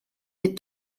des